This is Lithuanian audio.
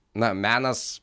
na menas